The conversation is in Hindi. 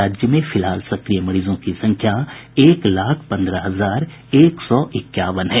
राज्य में फिलहाल सक्रिय मरीजों की संख्या एक लाख पन्द्रह हजार एक सौ इक्यावन है